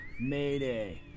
Mayday